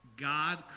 God